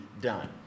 done